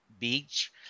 beach